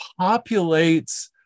populates